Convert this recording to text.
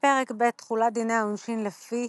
פרק ב' תחולת דיני העונשין לפי